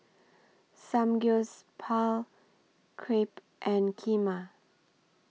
Samgyeopsal Crepe and Kheema